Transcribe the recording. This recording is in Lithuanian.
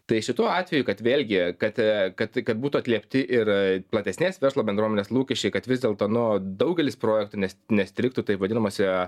tai šituo atveju kad vėlgi kad kad kad būtų atliepti ir platesnės verslo bendruomenės lūkesčiai kad vis dėlto nu daugelis projektų nes nestrigtų taip vadinamose